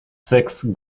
sixth